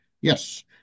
yes